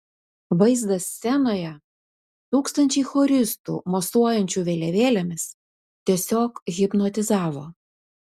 vaizdas scenoje tūkstančiai choristų mosuojančių vėliavėlėmis tiesiog hipnotizavo